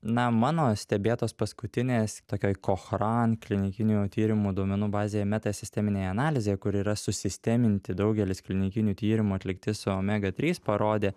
na mano stebėtos paskutinės tokioj kochran klinikinių tyrimų duomenų bazėje meta sisteminėj analizėj kur yra susisteminti daugelis klinikinių tyrimų atlikti su omega trys parodė